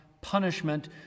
punishment